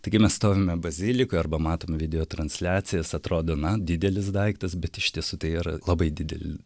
taigi mes stovime bazilikoj arba matome video transliacijas atrodo na didelis daiktas bet iš tiesų tai yra labai didel